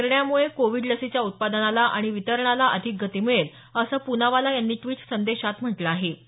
या निर्णयामुळे कोविड लसीच्या उत्पादनाला आणि वितरणाला अधिक गती मिळेल असं पूनावाला यांनी ट्विट संदेशात म्हटलं आहे